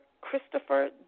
Christopher